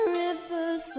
rivers